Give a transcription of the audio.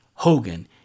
Hogan